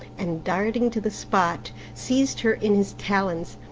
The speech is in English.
and darting to the spot seized her in his talons.